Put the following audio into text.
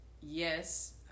yes